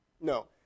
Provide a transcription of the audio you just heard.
No